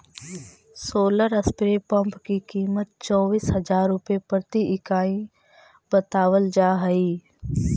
solar spray pump की कीमत चौबीस हज़ार रुपए प्रति इकाई बतावल जा हई